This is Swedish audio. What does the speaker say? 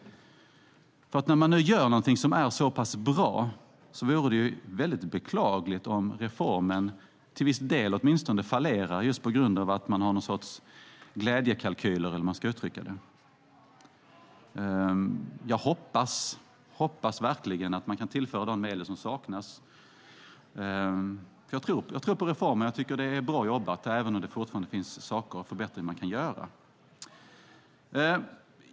När man nu gör något som är så pass bra vore det beklagligt om reformen till viss del fallerar på grund av glädjekalkyler. Jag hoppas verkligen att man kan tillföra de medel som saknas. Jag tror på reformen. Det är bra jobbat, även om det fortfarande finns saker som kan förbättras.